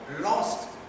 lost